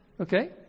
Okay